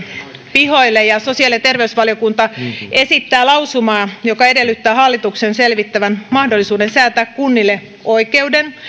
pihoille ja sosiaali ja terveysvaliokunta esittää lausumaa joka edellyttää hallituksen selvittävän mahdollisuuden säätää kunnille oikeuden